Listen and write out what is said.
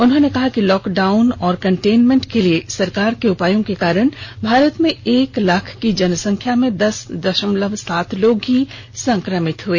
उन्होंने कहा कि लॉकडाउन और कंटेनमेंट के लिए सरकार के उपायों के कारण भारत में एक लाख की जनसंख्या में दस दशमलव सात लोग ही संक्रमित हुए